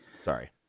Sorry